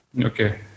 Okay